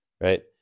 right